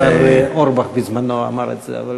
השר אורבך בזמנו אמר את זה, אבל